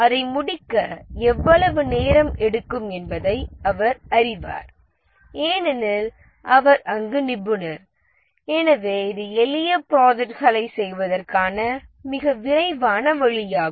அதை முடிக்க எவ்வளவு நேரம் எடுக்கும் என்பதை அவர் அறிவார் ஏனெனில் அவர் அங்கு நிபுணர் எனவே இது எளிய ப்ராஜெக்ட்களைச் செய்வதற்கான மிக விரைவான வழியாகும்